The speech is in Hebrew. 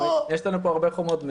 יש לנו פה הרבה חומות.